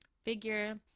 figure